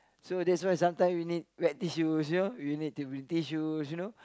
so that's why sometime you need wet tissues you need to bring tissues you know